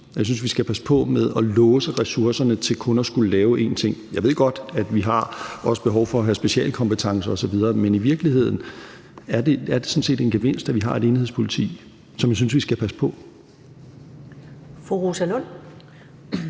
jeg synes, vi skal passe på med at låse ressourcerne til kun at skulle lave én ting. Jeg ved godt, at vi også har behov for at have specialkompetencer osv., men i virkeligheden er det sådan set en gevinst, at vi har et enhedspoliti, som jeg synes vi skal passe på. Kl.